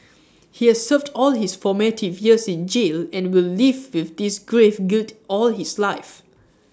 he has served all his formative years in jail and will live with this grave guilt all his life